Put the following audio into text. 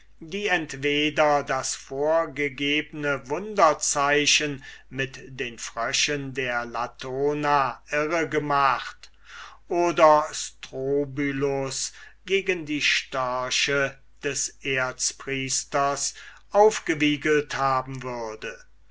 die entweder das vorgegebne wunderzeichen mit den fröschen der latona irre gemacht oder strobylus gegen die störche des erzpriesters aufgewiegelt haben würde